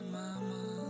mama